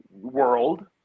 world